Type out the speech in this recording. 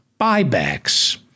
buybacks